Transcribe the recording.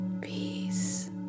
Peace